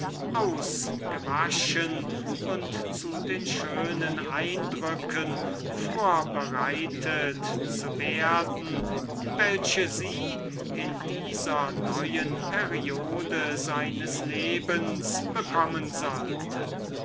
ausgewaschen und zu den zärtlichen eindrücken vorbereitet zu werden welche sie in dieser neuen periode seines lebens bekommen sollte